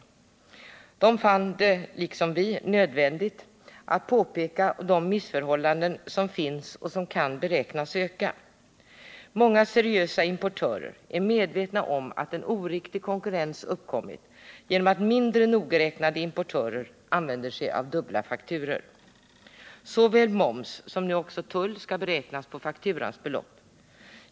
Utredningen fann det liksom vi nödvändigt att påpeka de 127 missförhållanden som finns och som kan beräknas öka. Många seriösa importörer är medvetna om att en oriktig konkurrens uppkommit genom att mindre nogräknade importörer använder sig av dubbla fakturor. Såväl moms som nu också tull skall beräknas på fakturans belopp.